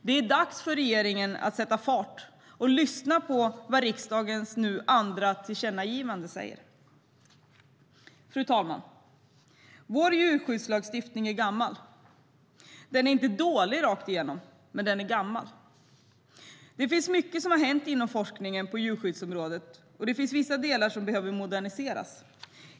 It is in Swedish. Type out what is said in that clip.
Det är dags för regeringen att sätta fart och lyssna på vad riksdagens andra tillkännagivande säger. Fru talman! Vår djurskyddslagstiftning är gammal. Den är inte dålig rakt igenom, men den är gammal. Det finns mycket som har hänt inom forskningen på djurskyddsområdet, och det finns vissa delar som behöver moderniseras.